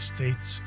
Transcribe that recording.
States